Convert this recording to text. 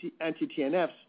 anti-TNFs